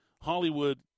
hollywood